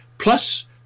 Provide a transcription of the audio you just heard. plus